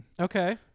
Okay